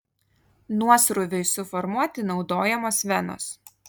nuosrūviui suformuoti naudojamos venos